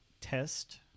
test